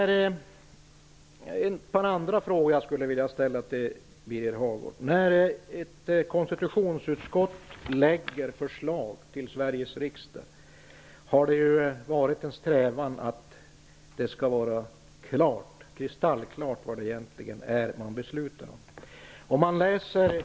Hagård. Det har varit en strävan från konstitutionsutskottet att det när det lägger fram förslag till Sveriges riksdag skall vara kristallklart vad man beslutar om.